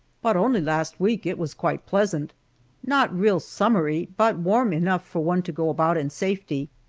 but only last week it was quite pleasant not real summery, but warm enough for one to go about in safety.